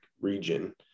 region